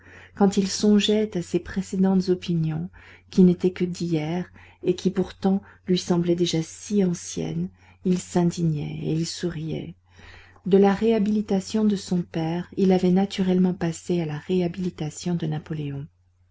quand il songeait à ses précédentes opinions qui n'étaient que d'hier et qui pourtant lui semblaient déjà si anciennes il s'indignait et il souriait de la réhabilitation de son père il avait naturellement passé à la réhabilitation de napoléon